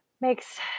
makes